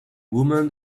woman